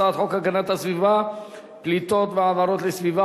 הצעת חוק הגנת הסביבה (פליטות והעברות לסביבה,